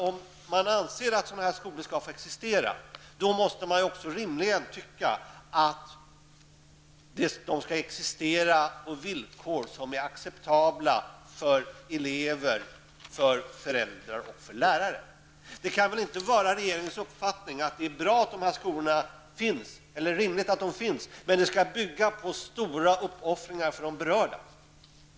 Om man anser att detta slag av skolor skall få existera måste man ju också rimligen anse att de skall kunna existera på villkor som är acceptabla för elever, föräldrar och lärare. Det kan väl inte vara regeringens uppfattning att det är rimligt att dessa skolor finns men att deras existens skall bygga på stora uppoffringar för de berörda?